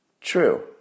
True